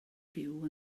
byw